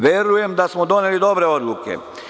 Verujem da smo doneli dobre odluke.